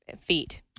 feet